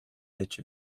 edge